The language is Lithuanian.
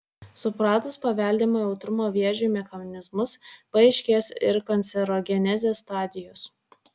supratus paveldimo jautrumo vėžiui mechanizmus paaiškės ir kancerogenezės stadijos